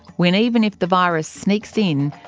when even if the virus sneaks in,